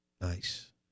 Nice